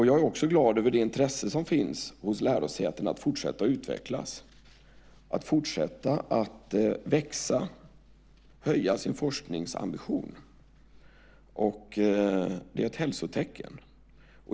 Jag är också glad över det intresse som finns hos lärosätena att fortsätta att utvecklas, växa och höja sina forskningsambitioner. Det är ett hälsotecken.